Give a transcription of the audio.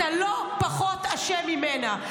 אתה לא פחות אשם ממנה.